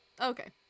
okay